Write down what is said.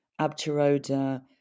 Abtiroda